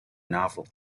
novel